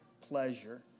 pleasure